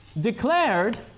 declared